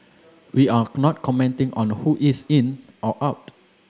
we are not commenting on who is in or out